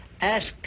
ask